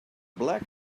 black